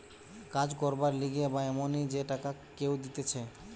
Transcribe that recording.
কাজ করবার লিগে বা এমনি যে টাকা কেউ দিতেছে